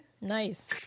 Nice